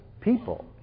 people